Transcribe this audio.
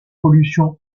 pollution